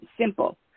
simple